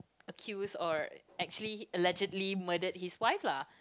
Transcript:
accused or actually allegedly murdered his wife lah